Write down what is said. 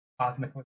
cosmic